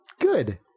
Good